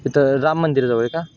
इथं राम मंदिर जवळ आहे का